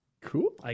Cool